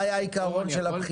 מה היה העיקרון של הבחירה?